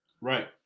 right